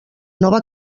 nova